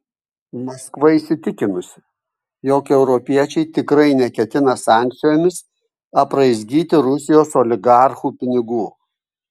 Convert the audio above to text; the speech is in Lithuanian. maskva įsitikinusi jog europiečiai tikrai neketina sankcijomis apraizgyti rusijos oligarchų pinigų